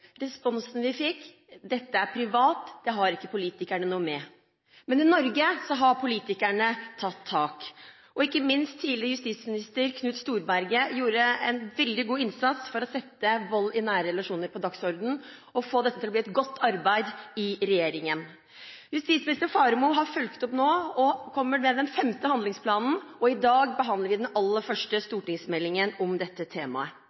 Responsen vi fikk: Dette er privat. Det har ikke politikerne noe med. Men i Norge har politikerne tatt tak. Ikke minst gjorde tidligere justisminister Knut Storberget en veldig god innsats for å sette vold i nære relasjoner på dagsordenen og få dette til å bli et godt arbeid i regjeringen. Justisminister Faremo har fulgt opp nå og kommer med den femte handlingsplanen, og i dag behandler vi den aller første stortingsmeldingen om dette temaet.